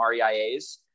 REIAs